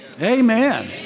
Amen